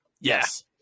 Yes